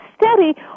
steady